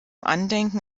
andenken